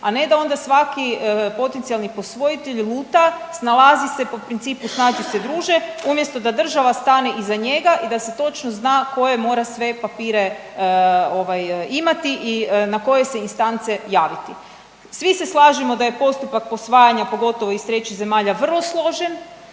a ne da onda svaki potencijalni posvojitelj luta, snalazi se po principu snađi se druže umjesto da država stane iza njega i da se točno zna koje mora sve papire ovaj imati i na koje se instance javiti. Svi se slažemo da je postupak posvajanja pogotovo iz trećih zemalja vrlo složen.